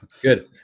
Good